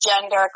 gender